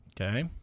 Okay